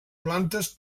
plantes